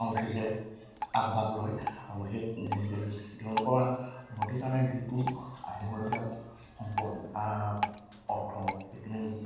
কাউন্সিলে আগভাগ লয় আৰু সেই তেওঁলোকৰ উন্নতিৰ কাৰণে যিটো আহিবলগীয়া সম্পদ অৰ্থ এইখিনি